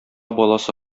баласы